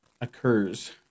occurs